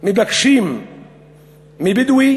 מבקשים מבדואי